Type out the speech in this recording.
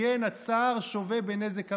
כי אין הצר שֹׁוֶה בנזק המלך".